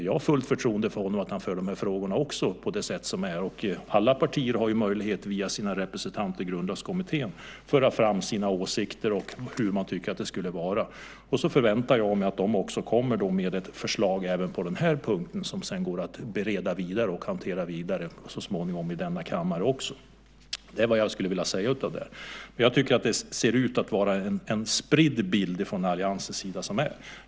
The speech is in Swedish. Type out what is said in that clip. Jag har fullt förtroende för honom och för att han också för de här frågorna på ett bra sätt. Alla partier har ju möjlighet att, via sina representanter i Grundlagskommittén, föra fram sina åsikter om hur man tycker att det skulle vara. Sedan förväntar jag mig att de kommer med ett förslag även på den här punkten som sedan går att hantera vidare - så småningom också i denna kammare. Det är vad jag skulle vilja säga om det. Jag tycker att det ser ut att vara en spridd bild från alliansens sida.